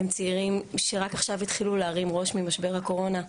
הם צעירים שרק עכשיו התחילו להרים ראש ממשבר הקורונה,